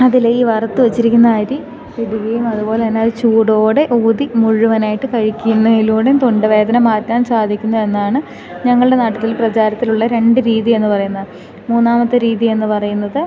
അതിൽ ഈ വറുത്തു വച്ചിരിക്കുന്ന അരി ഇടുകയും അതുപോലെ തന്നെ ചൂടോടെ ഊതി മുഴുവനായിട്ട് കഴിക്കുന്നതിലൂടെ തൊണ്ടവേദന മാറ്റാൻ സാധിക്കുന്നു എന്നാണ് ഞങ്ങളുടെ നാട്ടിൽ പ്രചാരത്തിലുള്ള രണ്ട് രീതി എന്ന് പറയുന്നത് മൂന്നാമത്തെ രീതി എന്ന് പറയുന്നത്